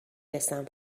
رسم